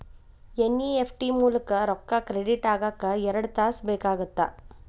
NEFT ಮೂಲಕ ರೊಕ್ಕಾ credit ಆಗಾಕ ಎರಡ್ ತಾಸ ಬೇಕಾಗತ್ತಾ